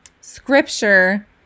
scripture